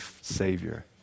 Savior